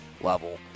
level